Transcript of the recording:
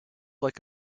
like